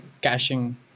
caching